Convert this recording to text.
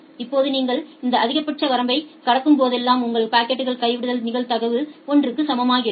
இப்போது நீங்கள் இந்த அதிகபட்ச வரம்பைக் கடக்கும்போதெல்லாம் உங்கள் பாக்கெட்கள் கைவிடுதல் நிகழ்தகவு 1 க்கு சமமாகிறது